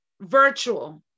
virtual